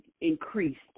increased